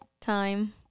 time